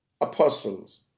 apostles